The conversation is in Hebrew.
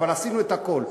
אבל עשינו את הכול.